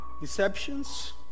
deceptions